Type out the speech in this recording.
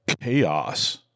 chaos